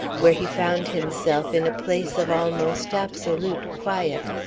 where he found himself in a place of almost absolute quiet.